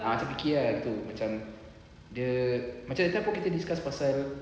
ah macam fikir ah gitu macam dia macam that time pun kita discuss pasal